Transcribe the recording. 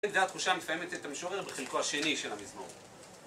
וזה והתחושה המפעמת את המשורר בחלקו השני של המזמור.